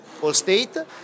Allstate